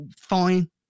Fine